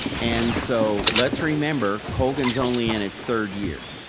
and so let's remember colgan's only in its third year.